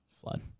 Flood